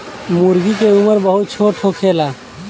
मूर्गी के उम्र बहुत छोट होखेला